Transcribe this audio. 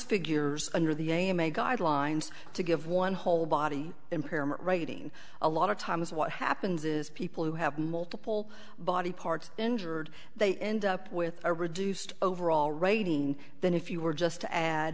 figures under the a m a guidelines to give one whole body impairment writing a lot of times what happens is people who have multiple body parts injured they end up with a reduced overall rating than if you were just to add